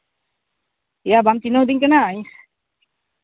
ᱮᱭᱟ ᱵᱟᱢ ᱪᱤᱱᱦᱟᱹᱣᱤᱧ ᱠᱟᱱᱟ ᱤᱧ